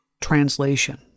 translation